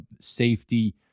safety